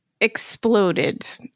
exploded